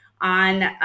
on